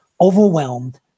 overwhelmed